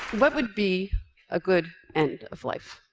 what would be a good end of life?